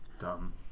Dumb